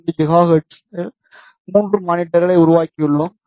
45 ஜிகாஹெர்ட்ஸில் 3 மானிட்டர்களை உருவாக்கியுள்ளோம்